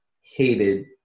hated